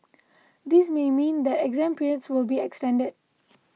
this may mean that exam periods will be extended